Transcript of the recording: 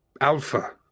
alpha